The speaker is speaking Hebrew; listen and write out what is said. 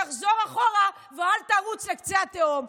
תחזור אחורה ואל תרוץ לקצה התהום,